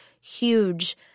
huge